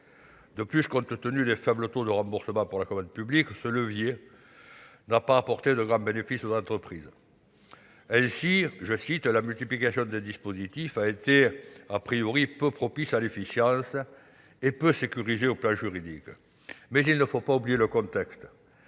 De plus, compte tenu de la faiblesse des taux de remboursement pour la commande publique, ce levier n'a pas apporté de grands bénéfices aux entreprises. Ainsi, selon le rapport, la multiplication des dispositifs a été « peu propice à l'efficience » et « peu sécurisée au plan juridique ». Mais il ne faut pas oublier le contexte.